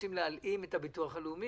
שבחוק ההסדרים רוצים להלאים את הביטוח הלאומי,